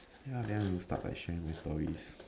ya then I will start by sharing my stories